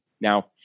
Now